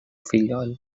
fillol